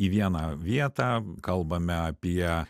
į vieną vietą kalbame apie